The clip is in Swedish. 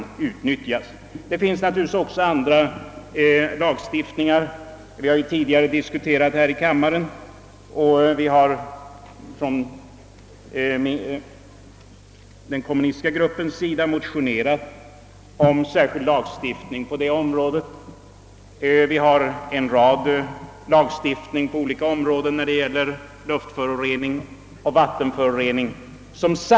Det finns även annan lagstiftning som skulle kunna ifrågakomma i detta fall och som tidigare diskuterats här i riksdagen. Den kommunistiska gruppen har t.ex. motionerat beträffande en särskild lagstiftning om luftförorening och vattenförorening.